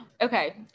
Okay